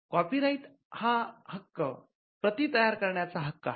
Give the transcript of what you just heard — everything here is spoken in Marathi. कॉपीराईट हा हक्क प्रती तयार करण्याचा हक्क आहे